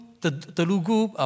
Telugu